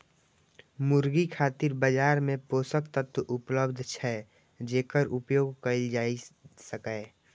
मुर्गी खातिर बाजार मे पोषक तत्व उपलब्ध छै, जेकर उपयोग कैल जा सकैए